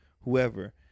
whoever